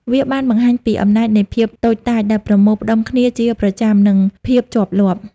វាបានបង្ហាញពី អំណាចនៃភាពតូចតាចដែលប្រមូលផ្ដុំគ្នាជាប្រចាំ និងភាពជាប់លាប់។